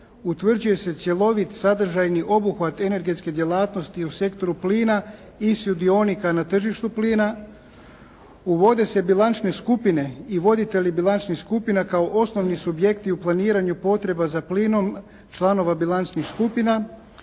utvrđuje se cjelovit sadržajni obuhvat energetske djelatnosti u sektoru plina i sudionika na tržištu plina uvode se bilančne skupine i voditelji bilančnih skupina kao osnovni subjekti u planiranju potreba za plinom članova bilančnih skupina,